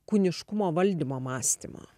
kūniškumo valdymo mąstymą